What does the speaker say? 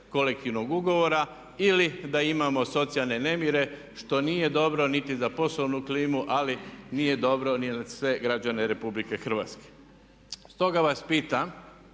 kolektivnog ugovora ili da imamo socijalne nemire što nije dobro niti za poslovnu klimu ali nije dobro ni za sve građane Republike Hrvatske. Stoga vas pitam,